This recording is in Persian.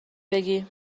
بگی